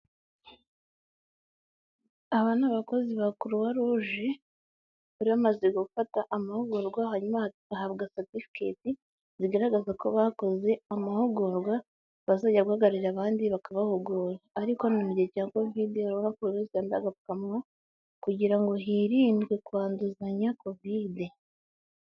Aba ni abakozi ba Kuruwa Luje, bari bamaze gufata amahugurwa, hanyuma bahabwa seretifika zigaragaza ko bakoze amahugurwa, bazajya guhagararira abandi bakabahugura, ariko mu gihe cya Kovidi bambaraga agapfukamunwa, kugira ngo hirindwe kwanduzanya Kovidi.